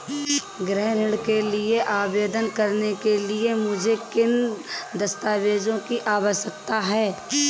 गृह ऋण के लिए आवेदन करने के लिए मुझे किन दस्तावेज़ों की आवश्यकता है?